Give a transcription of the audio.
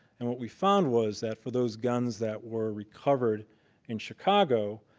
and what we found was that for those guns that were recovered in chicago,